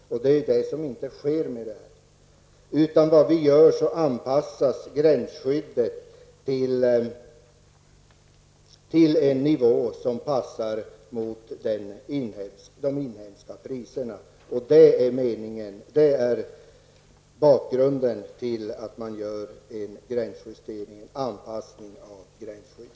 Så blir nu inte fallet. Gränsskyddet anpassas i stället till en nivå som svarar mot de inhemska priserna. Det är bakgrunden till att man gör denna anpassning av gränsskyddet.